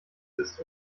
ist